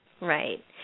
Right